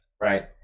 right